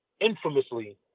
infamously